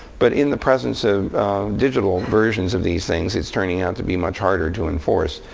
but in the presence of digital versions of these things, it's turning out to be much harder to enforce.